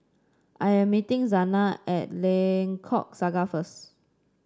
I am meeting Zana at Lengkok Saga first